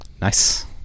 Nice